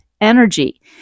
energy